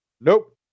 Nope